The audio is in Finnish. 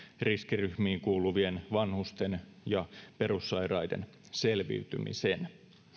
riskiryhmiin kuuluvien vanhusten ja perussairaiden selviytymisen